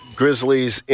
grizzlies